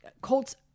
Colts